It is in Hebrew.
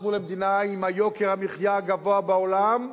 הפכנו למדינה עם יוקר המחיה הגבוה בעולם,